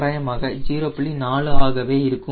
4 ஆகவே இருக்கும்